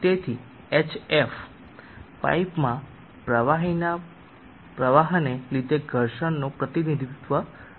તેથી hf પાઇપમાં પ્રવાહીના પ્રવાહને લીધે ઘર્ષણનું પ્રતિનિધિત્વ કરે છે